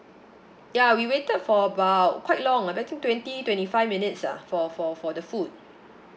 ya we waited for about quite long ah I think twenty twenty five minutes ah for for for the food